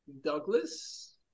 Douglas